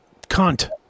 Cunt